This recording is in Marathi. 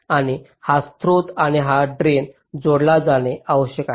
आणि हा स्रोत आणि ड्रेन जोडला जाणे आवश्यक आहे